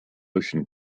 ocean